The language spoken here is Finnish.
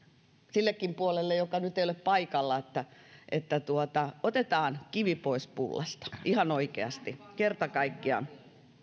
sillekin puolelle joka nyt ei ole paikalla otetaan kivi pois pullasta ihan oikeasti kerta kaikkiaan